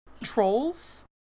Trolls